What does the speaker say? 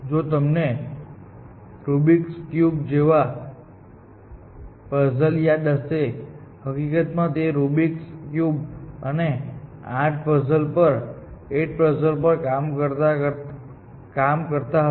જો તમને Rubik's cube જેવો પઝલયાદ હશે હકીકતમાં તેઓ રુબિક્સ ક્યુબ અને 8 પઝલ પર કામ કરતા હતા